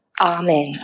Amen